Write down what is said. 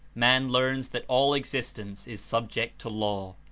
man learns that all existence is subject to law.